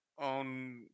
on